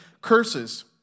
curses